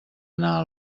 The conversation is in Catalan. anar